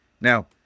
now